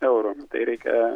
eurų tai reikia